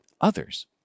others